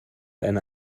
eine